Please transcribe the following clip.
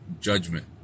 judgment